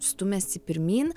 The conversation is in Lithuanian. stumiasi pirmyn